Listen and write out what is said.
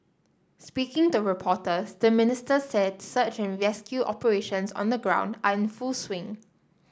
speaking to reporters the Minister said search and rescue operations on the ground are in full swing